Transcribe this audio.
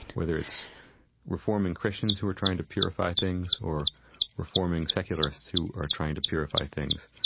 whether it's reforming christians who are trying to purify things, or reforming secularists who are trying to purify things.